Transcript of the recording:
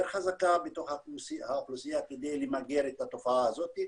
חזקה בתוך האוכלוסייה כדי למגר את התופעה הזאת.